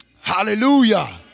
Hallelujah